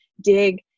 dig